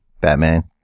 Batman